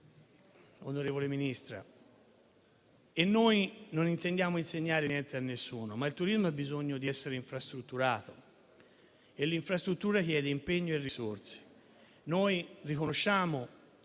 onorevole Ministra, e noi non intendiamo insegnare niente a nessuno - ha bisogno di essere infrastrutturato e l'infrastruttura chiede impegno e risorse. Noi riconosciamo